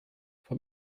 vom